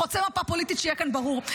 זה חוצה מפה פוליטית, שיהיה כאן ברור.